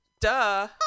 Duh